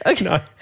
No